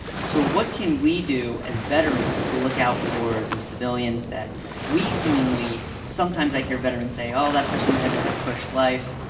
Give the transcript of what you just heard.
so what can we do as veterans to look out for these civilians that we seemingly sometimes i hear veterans say, oh, that person has had a cush life.